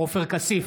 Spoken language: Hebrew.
עופר כסיף,